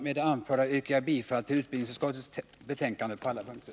Med det anförda yrkar jag bifall till utbildningsutskottets hemställan på alla punkter.